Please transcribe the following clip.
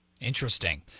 Interesting